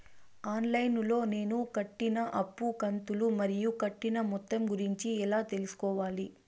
On line లో నేను కట్టిన అప్పు కంతులు మరియు కట్టిన మొత్తం గురించి ఎలా తెలుసుకోవాలి?